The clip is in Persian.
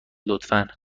لطفا